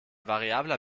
variabler